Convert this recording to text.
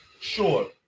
sure